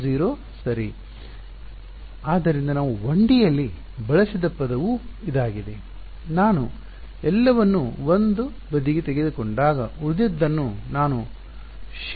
ಆದ್ದರಿಂದ ನಾವು 1D ಯಲ್ಲಿ ಬಳಸಿದ ಪದವೂ ಇದಾಗಿದೆ ನಾನು ಎಲ್ಲವನ್ನೂ 1 ಬದಿಗೆ ತೆಗೆದುಕೊಂಡಾಗ ಉಳಿದದ್ದನ್ನು ನಾನು ಶೇಷ ಎಂದು ಕರೆದಿದ್ದೇನೆ